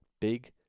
Big